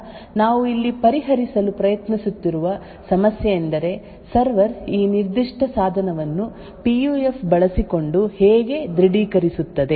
ಆದ್ದರಿಂದ ನಾವು ಇಲ್ಲಿ ಪರಿಹರಿಸಲು ಪ್ರಯತ್ನಿಸುತ್ತಿರುವ ಸಮಸ್ಯೆಯೆಂದರೆ ಸರ್ವರ್ ಈ ನಿರ್ದಿಷ್ಟ ಸಾಧನವನ್ನು ಪಿ ಯು ಎಫ್ ಬಳಸಿಕೊಂಡು ಹೇಗೆ ದೃಢೀಕರಿಸುತ್ತದೆ